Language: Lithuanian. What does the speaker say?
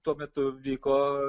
tuo metu vyko